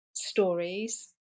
stories